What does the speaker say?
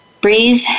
breathe